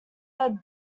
are